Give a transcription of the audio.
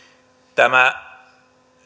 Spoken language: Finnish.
tämä